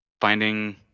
finding